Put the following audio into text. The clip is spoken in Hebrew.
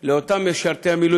מי אמר לך?